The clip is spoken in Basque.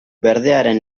berdearen